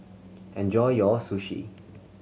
enjoy your Sushi